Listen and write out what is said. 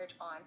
on